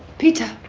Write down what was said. peter?